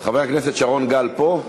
חבר הכנסת שרון גל פה?